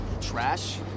trash